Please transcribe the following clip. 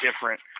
different